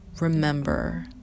remember